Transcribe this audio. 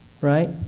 Right